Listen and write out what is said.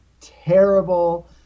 terrible